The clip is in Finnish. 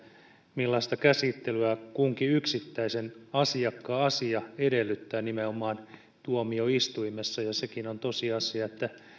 millaista käsittelyä kunkin yksittäisen asiakkaan asia edellyttää nimenomaan tuomioistuimessa ja sekin on tosiasia että